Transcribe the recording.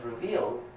revealed